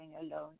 alone